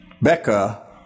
becca